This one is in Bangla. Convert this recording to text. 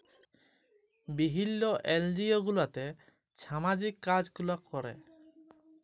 বিভিল্ল্য এলজিও গুলাতে ছামাজিক কাজ গুলা ক্যরে